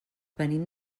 venim